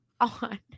on